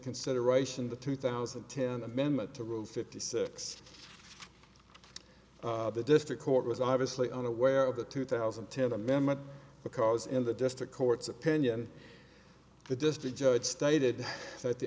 consideration the two thousand and ten amendment to rule fifty six the district court was obviously unaware of the two thousand and ten amendment because in the district court's opinion the district judge stated that the